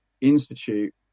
institute